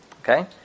Okay